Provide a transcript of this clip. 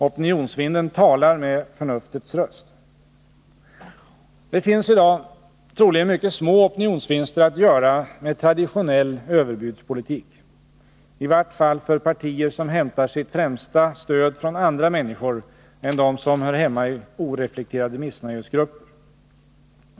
Opinionsvinden talar med förnuftets röst. Det finns i dag troligen mycket små opinionsvinster att göra med traditionell överbudspolitik — i vart fall för partier som hämtar sitt främsta stöd från andra människor än dem som hör hemma i oreflekterade missnöjesgrupper.